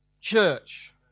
church